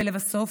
לבסוף,